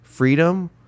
freedom